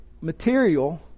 material